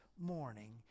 morning